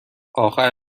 آخر